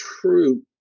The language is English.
true